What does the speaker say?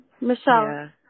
Michelle